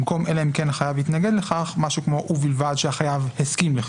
במקום "אלא אם כן החייב התנגד לכך" משהו כמו: "ובלבד שהחייב הסכים לכך".